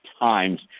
times